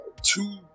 two